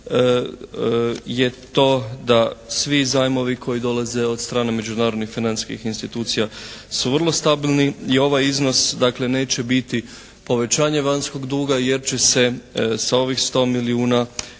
je to da svi zajmovi koji dolaze od strane međunarodnih financijskih institucija su vrlo stabilni i ovaj iznos dakle neće biti povećanje vanjskog duga jer će se sa ovih 100 milijuna eura